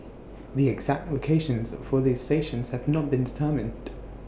the exact locations for the stations have not been determined